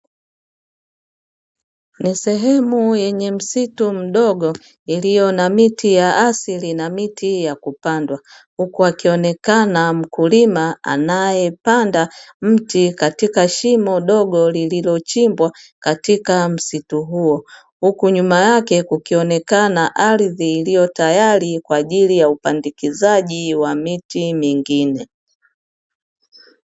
Ni sehemu yenye msitu mdogo iliyo na miti ya asili na miti ya kupandwa, huku akionekana mkulima anayepanda mti katika shimo dogo lililochimbwa katika msitu huo; huku nyuma yake kukionekana ardhi iliyo tayari kwa jili ya upandikizaji wa miti mingine.